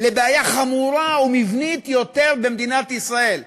לבעיה חמורה ומבנית יותר במדינת ישראל.